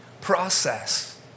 process